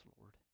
Lord